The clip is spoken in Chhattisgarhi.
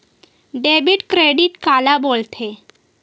डेबिट क्रेडिट काला बोल थे?